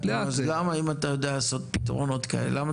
אם אתה יודע לעשות פתרונות כאלה למה